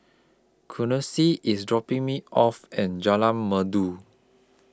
Quincy IS dropping Me off and Jalan Merdu